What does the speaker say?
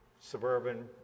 suburban